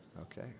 Okay